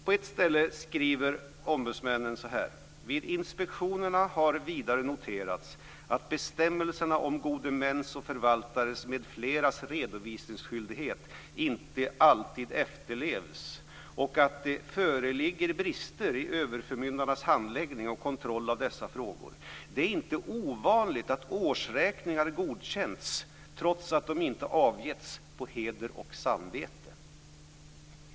På ett ställe skriver ombudsmännen: "Vid inspektionerna har vidare noterats att bestämmelserna om gode mäns och förvaltares m.fl. redovisningsskyldighet inte alltid efterlevs och att det föreligger vissa brister i överförmyndarnas handläggning och kontroll av dessa frågor. Det är inte ovanligt att årsräkningar godkänts trots att de inte avgetts på 'heder och samvete'."